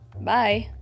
Bye